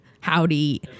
Howdy